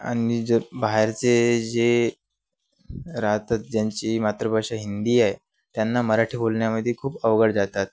आणि जर बाहेरचे जे राहतात ज्यांची मातृभाषा हिंदी आहे त्यांना मराठी बोलण्यामध्ये खूप अवघड जातात